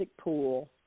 pool